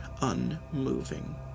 unmoving